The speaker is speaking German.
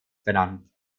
benannt